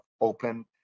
open